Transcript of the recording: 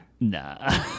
Nah